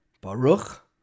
Baruch